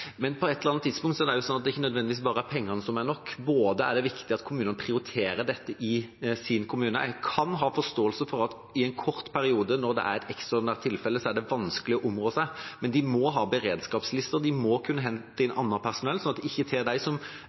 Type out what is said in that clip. Men på et eller annet tidspunkt er det sånn at det ikke nødvendigvis bare er pengene som er nok. Det er viktig at kommunene prioriterer dette i sin kommune. En kan ha forståelse for at i en kort periode, når det er et ekstraordinært tilfelle, er det vanskelig å områ seg, men de må ha beredskapslister. De må kunne hente inn annet personell, slik at en ikke tar dem som